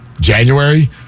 January